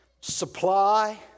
supply